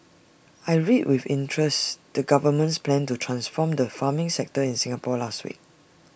I read with interest the government's plan to transform the farming sector in Singapore last week